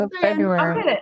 February